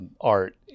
art